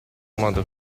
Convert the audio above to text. modo